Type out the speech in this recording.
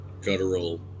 guttural